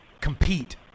compete